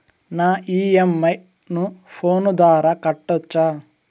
నా ఇ.ఎం.ఐ ను ఫోను ద్వారా కట్టొచ్చా?